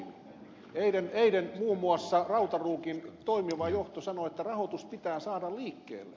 eilen muun muassa rautaruukin toimiva johto sanoi että rahoitus pitää saada liikkeelle